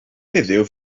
heddiw